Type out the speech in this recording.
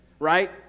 Right